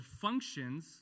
functions